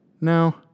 No